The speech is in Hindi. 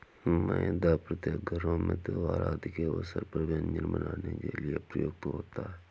मैदा प्रत्येक घरों में त्योहार आदि के अवसर पर व्यंजन बनाने के लिए प्रयुक्त होता है